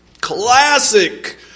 classic